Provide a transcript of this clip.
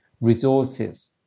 resources